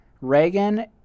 Reagan